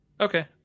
Okay